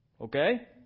okay